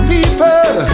People